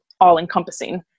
all-encompassing